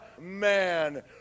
man